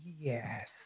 Yes